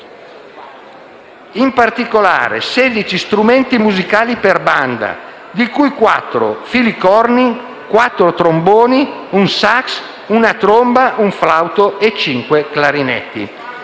«in particolare 16 strumenti musicali per banda, di cui quattro filicorni, quattro tromboni, un sax, una tromba, un flauto e cinque clarinetti».